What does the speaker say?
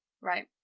Right